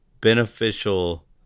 beneficial